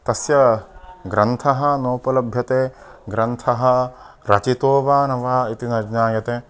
तस्य ग्रन्थः नोपलभ्यते ग्रन्थः रचितो वा न वा इति न ज्ञायते